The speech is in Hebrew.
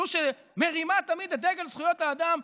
זאת שמרימה תמיד את דגל זכויות האדם,